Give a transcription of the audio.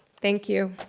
thank you.